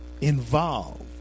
involved